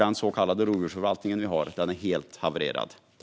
Den så kallade rovdjursförvaltning som vi har i dag har nämligen helt havererat.